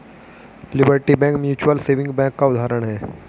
liberty bank mutual saving bank का उदाहरण है